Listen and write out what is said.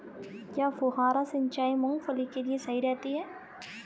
क्या फुहारा सिंचाई मूंगफली के लिए सही रहती है?